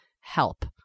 help